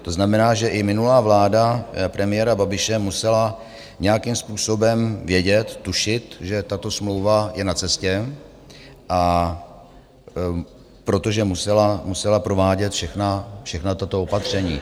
To znamená, že i minulá vláda premiéra Babiše musela nějakým způsobem vědět, tušit, že tato smlouva je na cestě, protože musela provádět všechna tato opatření.